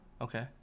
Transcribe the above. Okay